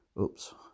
Oops